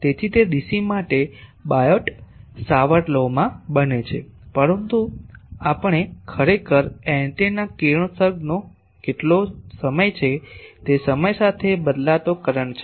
તેથી તે ડીસી માટે બાયોટ સાવર્ટ લોમાં બને છે પરંતુ આપણે ખરેખર એન્ટેના કિરણોત્સર્ગનો કેટલો સમય છે તે સમય સાથે બદલાતો કરંટ છે